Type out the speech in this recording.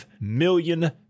million